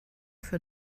für